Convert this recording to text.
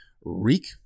Reek